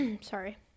Sorry